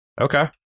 Okay